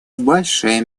большей